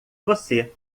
você